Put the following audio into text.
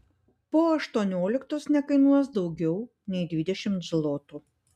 po aštuonioliktos nekainuos daugiau nei dvidešimt zlotų